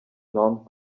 none